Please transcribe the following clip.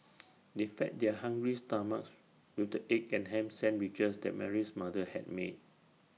they fed their hungry stomachs with the egg and Ham Sandwiches that Mary's mother had made